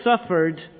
suffered